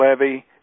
levy